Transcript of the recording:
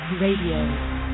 Radio